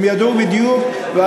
הם ידעו בדיוק, הם שיקרו.